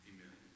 Amen